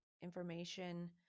information